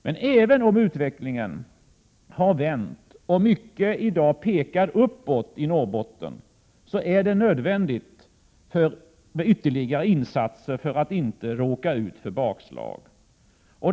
Men även om utvecklingen har vänt och mycket i dag pekar uppåt i Norrbotten, är det nödvändigt med ytterligare insatser för att man inte skall råka ut för bakslag.